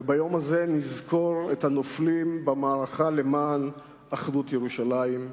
וביום הזה נזכור את הנופלים במערכה למען אחדות ירושלים.